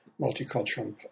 multicultural